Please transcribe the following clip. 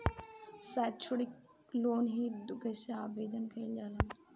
सैक्षणिक लोन हेतु कइसे आवेदन कइल जाला?